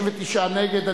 59 נגד.